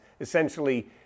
essentially